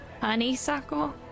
honeysuckle